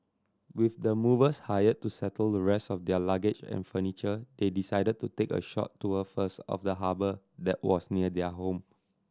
with the movers hired to settle the rest of their luggage and furniture they decided to take a short tour first of the harbour that was near their home